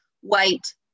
white